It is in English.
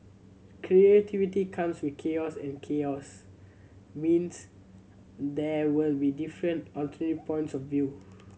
creativity comes with chaos and chaos means there will be different alternate points of view